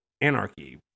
anarchy